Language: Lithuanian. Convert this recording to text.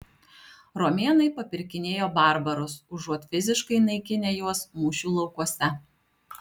romėnai papirkinėjo barbarus užuot fiziškai naikinę juos mūšių laukuose